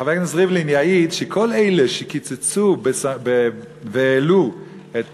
חבר הכנסת ריבלין יעיד שכל אלה שקיצצו והעלו את